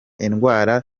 indwara